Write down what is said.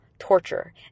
torture